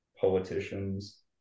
politicians